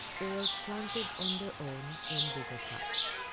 or planted on their own, in bigger pots.